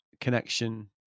connection